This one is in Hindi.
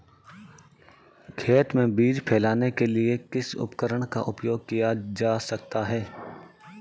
खेत में बीज फैलाने के लिए किस उपकरण का उपयोग किया जा सकता है?